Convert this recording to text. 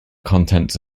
contents